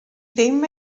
ddim